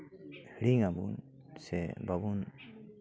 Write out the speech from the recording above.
ᱦᱤᱲᱤᱧ ᱟᱵᱚᱱ ᱥᱮ ᱵᱟᱵᱚᱱ